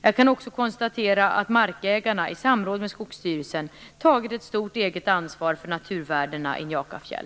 Jag kan också konstatera att markägarna, i samråd med Skogsvårdsstyrelsen, tagit ett stort eget ansvar för naturvärdena i Njakafjäll.